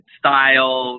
style